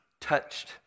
touched